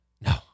No